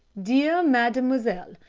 dear mademoiselle,